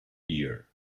year